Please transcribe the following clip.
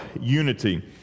unity